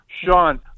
Sean